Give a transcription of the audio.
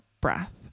breath